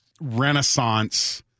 renaissance